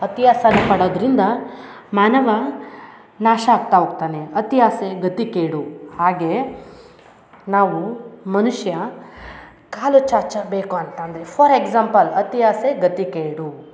ಅತಿ ಆಸೆನ ಪಡೋದರಿಂದ ಮಾನವ ನಾಶ ಆಗ್ತಾ ಹೋಗ್ತಾನೆ ಅತಿ ಆಸೆ ಗತಿ ಕೇಡು ಹಾಗೆ ನಾವು ಮನುಷ್ಯ ಕಾಲು ಚಾಚಬೇಕು ಅಂತಂದರೆ ಫಾರ್ ಎಕ್ಸಾಂಪಲ್ ಅತಿ ಆಸೆ ಗತಿ ಕೇಡು